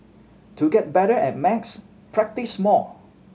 to get better at max practise more